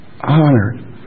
Honored